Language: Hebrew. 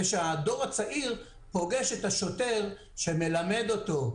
הוא שהדור הצעיר פוגש את השוטר שמלמד אותו,